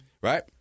Right